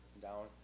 down